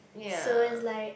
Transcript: so is like